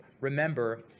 remember